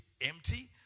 empty